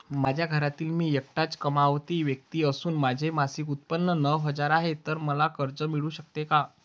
माझ्या घरातील मी एकटाच कमावती व्यक्ती असून माझे मासिक उत्त्पन्न नऊ हजार आहे, तर मला कर्ज मिळू शकते का?